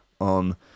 on